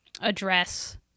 address